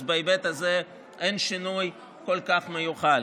אז בהיבט הזה אין שינוי כל כך מיוחד.